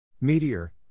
Meteor